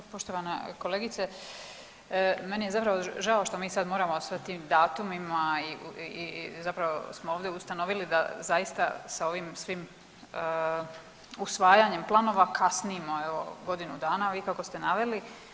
Pa evo poštovana kolegice, meni je zapravo žao što mi sad moramo sa tim datumima i zapravo smo ovdje ustanovili da zaista sa ovim svim usvajanjem planova kasnimo evo godinu dana ovi kako ste naveli.